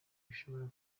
bishobora